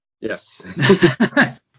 yes